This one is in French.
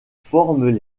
forment